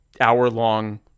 hour-long